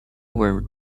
were